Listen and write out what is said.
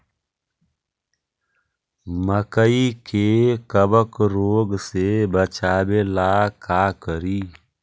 मकई के कबक रोग से बचाबे ला का करि?